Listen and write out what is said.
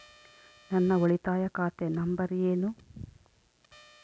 ನನ್ನ ಉಳಿತಾಯ ಖಾತೆ ನಂಬರ್ ಏನು?